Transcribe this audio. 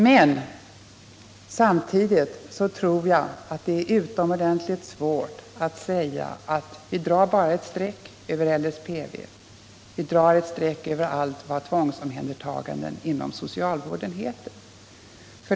Men samtidigt tror jag att det är utomordentligt svårt att bara så att säga dra ett streck över LSPV, över allt vad tvångsomhändertagande inom socialvården heter.